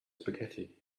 spaghetti